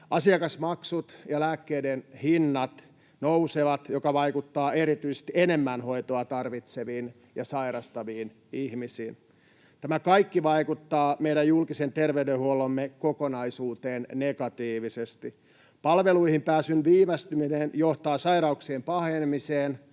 Asiakasmaksut ja lääkkeiden hinnat nousevat, mikä vaikuttaa erityisesti enemmän hoitoa tarvitseviin ja sairastaviin ihmisiin. Tämä kaikki vaikuttaa meidän julkisen terveydenhuoltomme kokonaisuuteen negatiivisesti. Palveluihin pääsyn viivästyminen johtaa sairauksien pahenemiseen